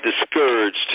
discouraged